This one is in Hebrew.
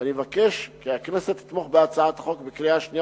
ואני מבקש כי הכנסת תתמוך בה בקריאה השנייה